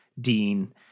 dean